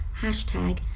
hashtag